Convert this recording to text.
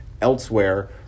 elsewhere